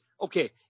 okay